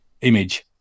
image